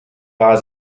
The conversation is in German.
war